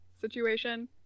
situation